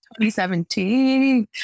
2017